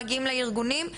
מגיעים לארגונים.